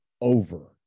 over